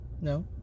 No